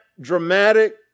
dramatic